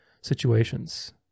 situations